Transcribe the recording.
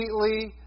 completely